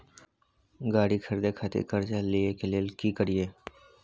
गाड़ी खरीदे खातिर कर्जा लिए के लेल की करिए?